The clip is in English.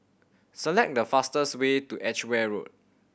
select the fastest way to Edgware Road